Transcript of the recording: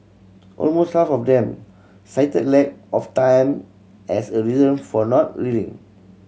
almost half of them cited lack of time as a reason for not reading